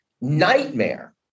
nightmare